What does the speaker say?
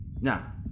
Now